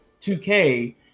2K